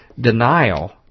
denial